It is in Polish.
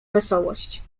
wesołość